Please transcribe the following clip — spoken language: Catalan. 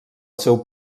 seu